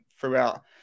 throughout